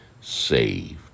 saved